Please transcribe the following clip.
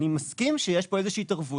אני מסכים שיש פה איזה שהיא התערבות.